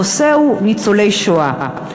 הנושא הוא ניצולי שואה.